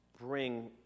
bring